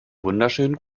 wunderschönen